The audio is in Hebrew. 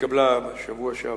שהתקבלה בשבוע שעבר,